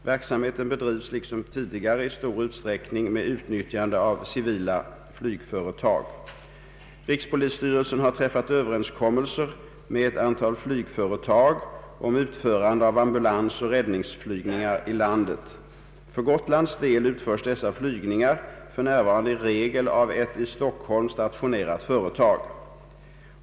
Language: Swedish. Verksamheten bedrivs liksom tidigare i stor utsträckning med utnyttjande av civila flygföretag. Rikspolisstyrelsen har träffat överenskommelser med ett antal flygföretag om utförande av ambulansoch räddningsflygningar i landet. För Gotlands del utförs dessa flygningar f.n. i regel av ett i Stockholm stationerat företag.